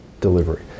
delivery